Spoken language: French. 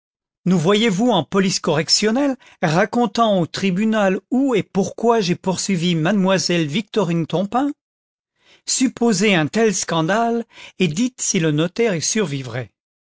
nous voyez-vous en police correctionnelle racontant au tribunal où et pourquoi j'ai poursuivi mademoiselle victorine tompain supposez un tel scandale et dites si le notaire y survivrait